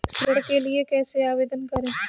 ऋण के लिए कैसे आवेदन करें?